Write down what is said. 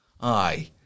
Aye